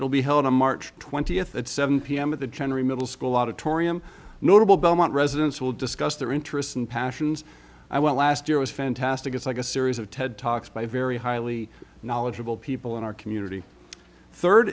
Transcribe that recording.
will be held on march twentieth at seven pm at the general middle school auditorium notable belmont residents will discuss their interests and passions i want last year was fantastic it's like a series of ted talks by a very highly knowledgeable people in our community third